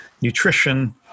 nutrition